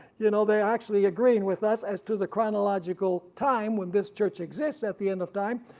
you know they actually agreeing with us as to the chronological time when this church exists at the end of time.